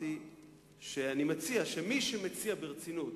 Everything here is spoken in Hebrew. שאני מציע שמי שמציע ברצינות